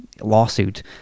lawsuit